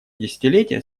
десятилетие